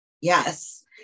Yes